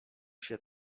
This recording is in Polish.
się